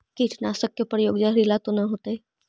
कीटनाशक के प्रयोग, जहरीला तो न होतैय?